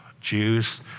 Jews